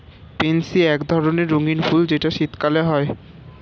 pansy এক ধরণের রঙ্গীন ফুল যেটা শীতকালে হয়